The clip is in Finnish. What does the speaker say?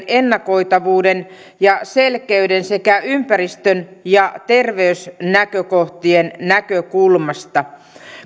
ennakoitavuuden ja selkeyden sekä ympäristön ja terveysnäkökohtien näkökulmasta